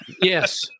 Yes